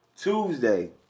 Tuesday